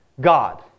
God